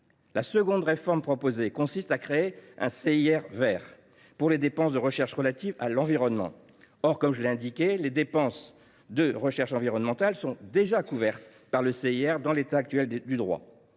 La seconde réforme proposée consiste à créer un « CIR vert » pour les dépenses de recherche relatives à l’environnement. Or, je l’ai indiqué, les dépenses de recherche environnementale sont déjà, en l’état du droit,